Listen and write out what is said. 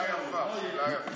שאלה יפה, שאלה יפה.